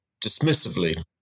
dismissively